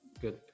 good